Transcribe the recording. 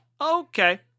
okay